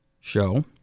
show